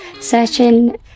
searching